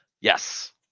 Yes